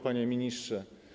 Panie Ministrze!